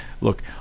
Look